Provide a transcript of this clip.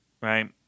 right